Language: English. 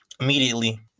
immediately